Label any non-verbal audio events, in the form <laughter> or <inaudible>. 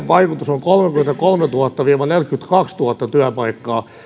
<unintelligible> vaikutus on kolmekymmentäkolmetuhatta viiva neljäkymmentäkaksituhatta työpaikkaa